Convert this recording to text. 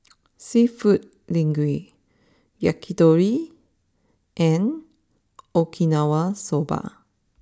Seafood Linguine Yakitori and Okinawa Soba